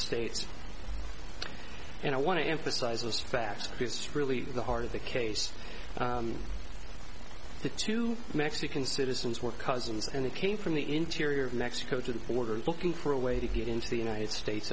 states and i want to emphasize was fact it's really the heart of the case the two mexican citizens were cousins and they came from the interior of mexico to the border looking for a way to get into the united states